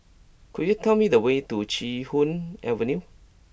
could you tell me the way to Chee Hoon Avenue